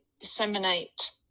disseminate